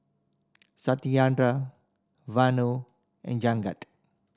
Satyendra Vanu and Jagat